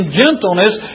gentleness